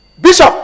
Bishop